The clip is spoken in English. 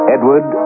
Edward